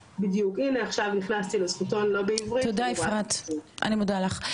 תודה אפרת אני מודה לך, רוסו את רוצה?